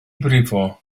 brifo